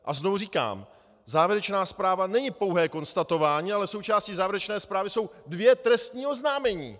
A znovu říkám, závěrečná zpráva není pouhé konstatování, ale součástí závěrečné zprávy jsou dvě trestní oznámení.